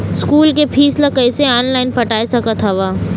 School के fees ला कैसे ऑनलाइन पटाए सकत हव?